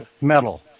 metal